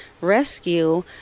rescue